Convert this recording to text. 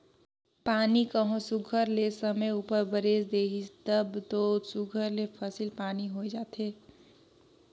पानी कहों सुग्घर ले समे उपर बरेस देहिस तब दो सुघर ले फसिल पानी होए जाथे